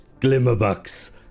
glimmerbucks